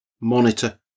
monitor